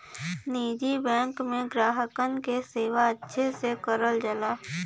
निजी बैंक में ग्राहकन क सेवा अच्छे से करल जाला